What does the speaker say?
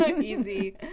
Easy